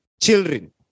children